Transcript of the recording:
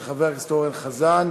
של חבר הכנסת אורן חזן.